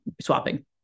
swapping